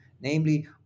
Namely